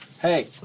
Hey